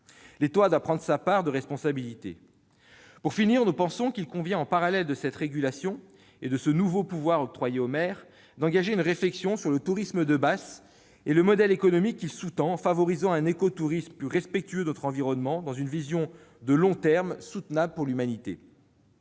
L'État doit prendre sa part de responsabilité. Pour finir, nous pensons qu'il convient, en parallèle de cette régulation et de ce nouveau pouvoir octroyé aux maires, d'engager une réflexion sur le tourisme de masse et le modèle économique qu'il sous-tend en favorisant un éco-tourisme plus respectueux de notre environnement dans une vision de long terme, soutenable pour l'humanité.